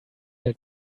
held